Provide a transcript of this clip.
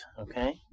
Okay